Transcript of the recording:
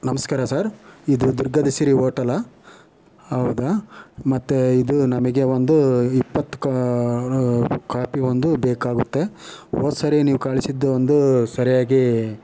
ನಮಸ್ಕಾರ ಸರ್ ಇದು ದುರ್ಗದರ್ಶಿನಿ ಹೋಟೆಲ್ಲಾ ಹೌದಾ ಮತ್ತು ಇದು ನಮಗೆ ಒಂದು ಇಪ್ಪತ್ತು ಕೊ ಕಾಪಿ ಒಂದು ಬೇಕಾಗುತ್ತೆ ಹೋದ್ಸರಿ ನೀವು ಕಳಿಸಿದ್ದು ಒಂದು ಸರಿಯಾಗಿ